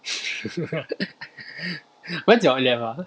when's your A level ah